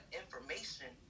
information